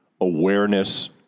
awareness-